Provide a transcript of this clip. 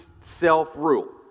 self-rule